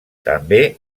també